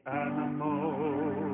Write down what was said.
animals